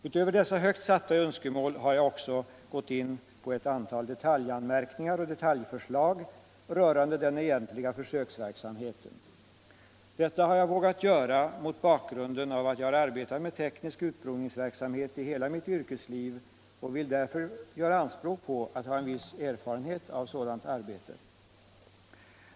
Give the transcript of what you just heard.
Utöver dessa högt satta önskemål har jag också gått in på ett antal detaljanmärkningar och detaljförslag rörande den egentliga försöksverksamheten. Detta har jag vågat göra mot bakgrunden av att jag har arbetat med teknisk utprovningsverksamhet i hela mitt yrkesliv och därför vill göra anspråk på att ha viss erfarenhet av sådant arbete.